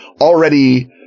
already